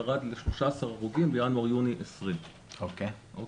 ירד ל-13 הרוגים בינואר-יוני 20'. פה